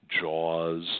Jaws